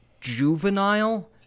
juvenile